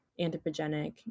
anthropogenic